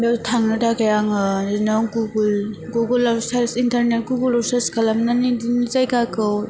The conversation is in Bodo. बेयाव थांनो थाखाय आङो बिदिनो गुगोल गुगोलाव सार्च इन्टारनट गुगोलाव सार्च खालामनानै इदिनो जायगाखौ